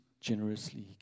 generously